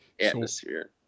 atmosphere